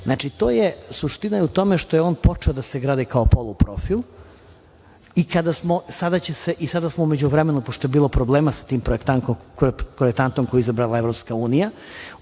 na tenderu. Suština je u tome što je on počeo da se gradi kao poluprofil i sada smo u međuvremenu, pošto je bilo problema sa tim projektantom koji je izabrala EU, pristali